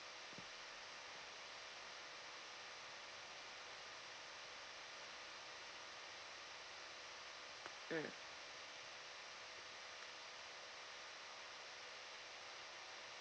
mm